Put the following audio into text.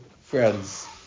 friends